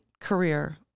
career